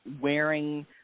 wearing